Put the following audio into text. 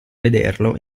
vederlo